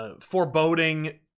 foreboding